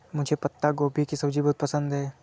मुझे पत्ता गोभी की सब्जी बहुत पसंद है